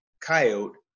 coyote